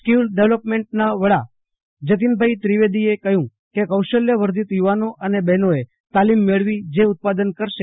skill ડેવલોપમેન્ટનાં વડા જતીનભાઈ ત્રિવેદીએ કહ્યું કે કૌશલ્યવર્ષિત યુવાનો અને બહેનોએ તાલીમ મેળવી જે ઉત્પાદન કરશે